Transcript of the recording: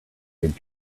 good